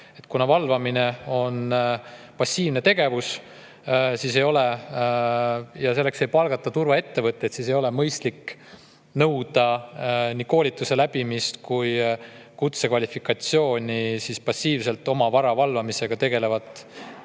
Kuna valvamine on passiivne tegevus ja selleks ei palgata turvaettevõtteid, siis ei ole mõistlik nõuda nii koolituse läbimist kui ka kutsekvalifikatsiooni passiivselt oma vara valvamisega tegelevatelt,